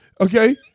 Okay